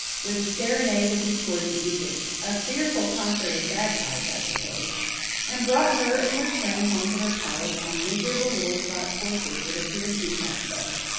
with a serenade of discordant music a fearful concert of bagpipes, i suppose and brought her and her train home to her palace on miserable little scotch horses that appeared to be half starved.